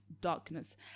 darkness